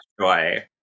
joy